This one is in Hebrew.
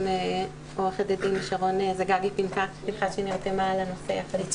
עו"ד שרון פנחס שנרתמה לנושא יחד איתנו.